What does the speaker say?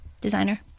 designer